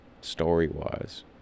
story-wise